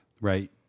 right